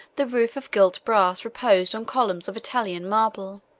the roof of gilt brass reposed on columns of italian marble,